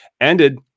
ended